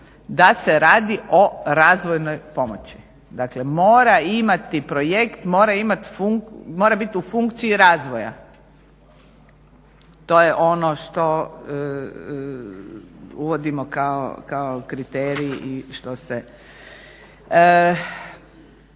da se radi o razvojnoj pomoći. Dakle, mora imati projekt, mora imati funkciju, mora biti u funkciji razvoja. To je ono što uvodimo kao kriterij i što se…